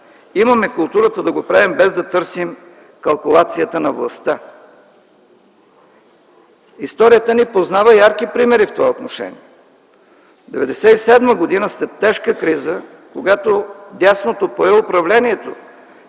Имаме културата да го правим, без да търсим калкулацията на властта. Историята ни познава ярки примери в това отношение. През 1997 г. след тежка криза, когато дясното пое управлението,